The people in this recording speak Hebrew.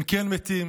הם כן מתים